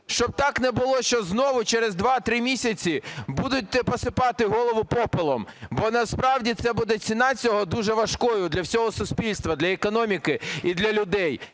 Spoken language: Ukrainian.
Щоб так не було, що знову через 2-3 місяці будуть посипати голову попелом, бо насправді це буде ціна цього дуже важкою для всього суспільства, для економіки і для людей,